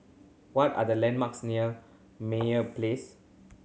what are the landmarks near Meyer Place